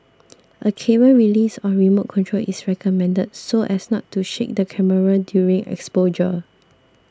a cable release or remote control is recommended so as not to shake the camera during exposure